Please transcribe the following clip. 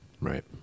Right